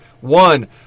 One